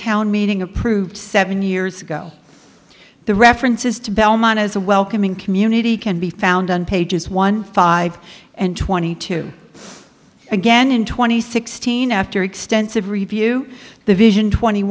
town meeting approved seven years ago the references to belmont as a welcoming community can be found on pages one five and twenty two again in twenty sixteen after extensive review the vision twenty